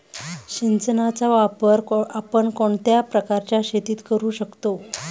सिंचनाचा वापर आपण कोणत्या प्रकारच्या शेतीत करू शकतो?